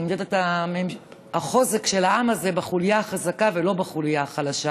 נמדד החוזק של העם הזה בחוליה החזקה ולא בחוליה החלשה,